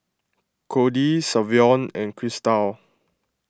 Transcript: Codie Savion and Christel